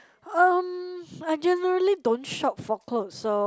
um I generally don't shop for clothes so